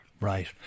Right